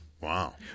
Wow